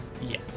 Yes